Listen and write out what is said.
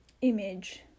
image